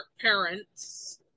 parents